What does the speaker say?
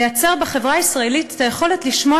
לייצר בחברה הישראלית את היכולת לשמוע